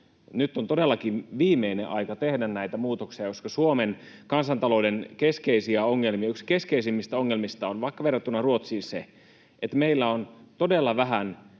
Nyt on todellakin viimeinen aika tehdä näitä muutoksia, koska Suomen kansantalouden yksi keskeisimmistä ongelmista vaikka verrattuna Ruotsiin on se, että meillä on todella vähän